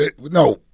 No